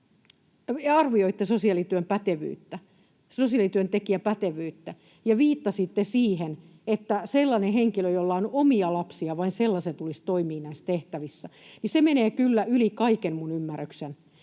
pätevyyttä, sosiaalityöntekijän pätevyyttä, viittasitte siihen, että vain sellaisen henkilön, jolla on omia lapsia, tulisi toimia näissä tehtävissä, niin se menee kyllä yli kaiken minun ymmärrykseni.